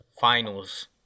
Finals